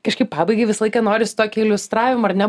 kažkaip pabaigai visą laiką noris tokio iliustravimo ar ne